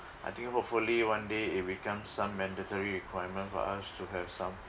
I think hopefully one day it'll become some mandatory requirement for us to have some